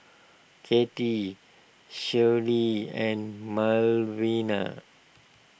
Kattie Shirlie and Malvina